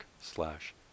slash